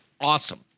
awesome